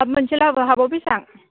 half मोनसे लाबो हाफआव बेसेबां